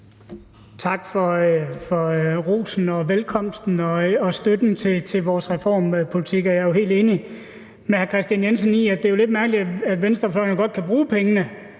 Tak for rosen og velkomsten og støtten til vores reformpolitik. Og jeg er jo helt enig med hr. Kristian Jensen i, at det er lidt mærkeligt, at venstrefløjen godt kan bruge pengene